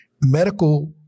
medical